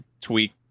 Tweak